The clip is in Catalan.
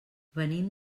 venim